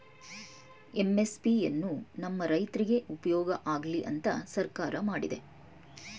MSP ಎನ್ನು ನಮ್ ರೈತ್ರುಗ್ ಉಪ್ಯೋಗ ಆಗ್ಲಿ ಅಂತ ಸರ್ಕಾರ ಮಾಡಿದೆ